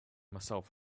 myself